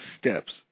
Steps